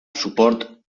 suport